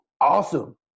awesome